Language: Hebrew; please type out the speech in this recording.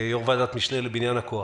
כיו"ר ועדת משנה לבניין הכוח.